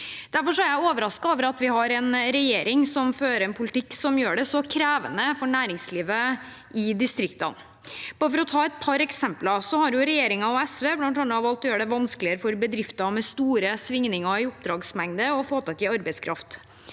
Derfor er jeg overrasket over at vi har en regjering som fører en politikk som gjør det så krevende for næringslivet i distriktene. For å ta et par eksempler: Regjeringen og SV har bl.a. valgt å gjøre det vanskeligere for bedrifter med store svingninger i oppdragsmengde å få tak i arbeidskraft.